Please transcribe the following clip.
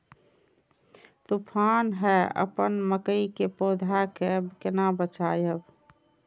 तुफान है अपन मकई के पौधा के केना बचायब?